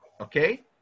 Okay